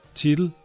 titel